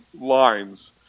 lines